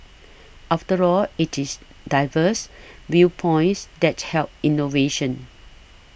after all it is diverse viewpoints that help innovation